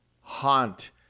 haunt